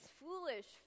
foolish